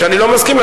שאני לא מסכים לה,